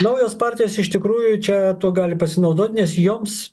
naujos partijos iš tikrųjų čia tuo gali pasinaudoti nes joms